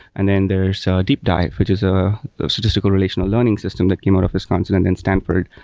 and then there's deepdive, which is a statistical relational learning system that came out of wisconsin and then stanford.